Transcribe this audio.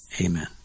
Amen